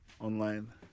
online